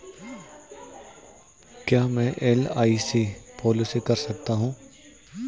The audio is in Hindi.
क्या मैं एल.आई.सी पॉलिसी कर सकता हूं?